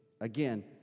again